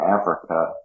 Africa